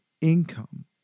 income